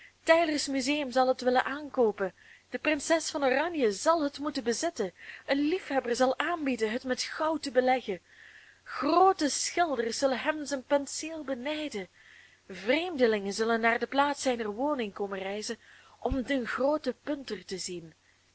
teylers museum zal het willen aankoopen de prinses van oranje zal het moeten bezitten een liefhebber zal aanbieden het met goud te beleggen groote schilders zullen hem zijn penseel benijden vreemdelingen zullen naar de plaats zijner woning komen reizen om den grooten punter te zien